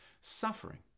suffering